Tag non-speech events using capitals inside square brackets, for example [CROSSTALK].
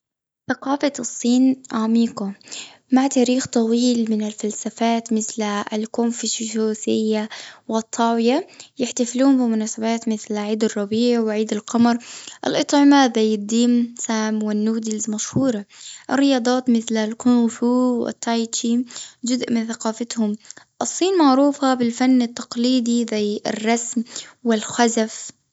ثقافة الصين عميقة. معها تاريخ طويل من الفلسفات، مثل الكونفوشيوسية، والطاوية. يحتفلون بمناسبات، مثل عيد الربيع، وعيد القمر. الأطعمة زي الديم سام، والنودلز، [NOISE] مشهورة. الرياضات مثل، الكونغ فو، والتاي تشي، جزء من ثقافتهم. الصين معروفة بالفن التقليدي، زي الرسم والخزف.